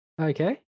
okay